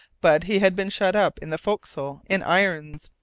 but he had been shut up in the forecastle in irons,